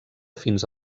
fins